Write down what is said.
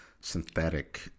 synthetic